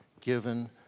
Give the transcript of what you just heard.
given